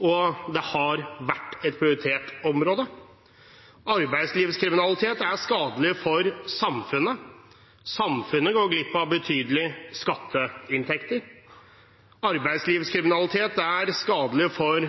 og har vært – et prioritert område. Arbeidslivskriminalitet er skadelig for samfunnet. Samfunnet går glipp av betydelige skatteinntekter. Arbeidslivskriminalitet er skadelig for